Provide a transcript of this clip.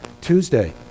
Tuesday